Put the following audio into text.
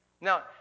Now